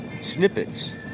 snippets